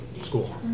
school